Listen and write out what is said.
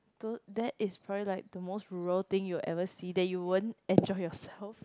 tho~ that is appear the most rural thing you ever see that you won't enjoy yourself